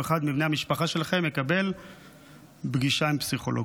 אחד מבני המשפחה שלכם יקבל פגישה עם פסיכולוג.